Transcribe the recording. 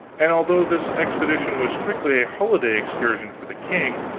and although this expedition was strictly a holiday excursion for the king,